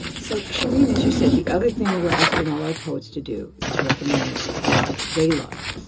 so shereen, as you said, the other thing we're asking all our poets to do is recommend a poet they love.